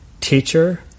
Teacher